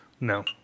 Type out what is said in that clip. No